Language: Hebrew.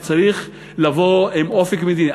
וצריך לבוא עם אופק מדיני.